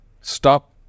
Stop